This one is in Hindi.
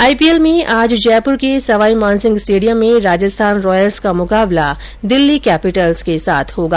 आईपीएल में आज जयपूर के सवाईमानसिंह स्टेडियम में राजस्थान रॉयल्स का मुकाबला दिल्ली कैपिटल्स के साथ होगा